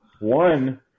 One